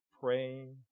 praying